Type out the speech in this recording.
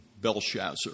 Belshazzar